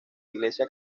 iglesia